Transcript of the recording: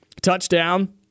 touchdown